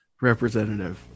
representative